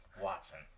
Watson